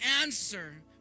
answer